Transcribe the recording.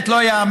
באמת לא ייאמן.